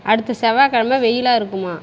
அடுத்த செவ்வாய் கிழமை வெயிலாக இருக்குதுமா